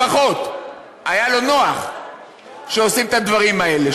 לפחות היה לו נוח שעושים את הדברים האלה,